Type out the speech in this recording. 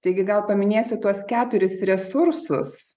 taigi gal paminėsiu tuos keturis resursus